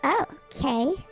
okay